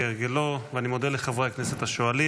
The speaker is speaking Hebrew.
כהרגלו, ואני מודה לחברי הכנסת השואלים.